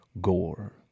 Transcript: gore